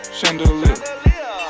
Chandelier